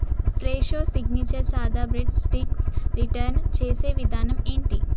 Fresho signature సాదా bread sticks return చేసే విధానం ఏంటి